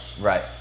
Right